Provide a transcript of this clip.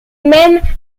mêmes